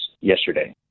yesterday